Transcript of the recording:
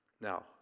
Now